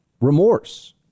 remorse